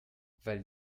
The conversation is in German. weil